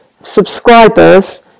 subscribers